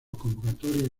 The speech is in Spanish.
convocatorias